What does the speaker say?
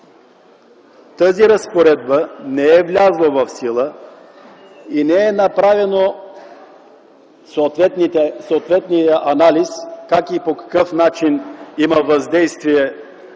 като разпоредбата не е влязла в сила и не е направен съответният анализ как и по какъв начин това има въздействие